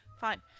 Fine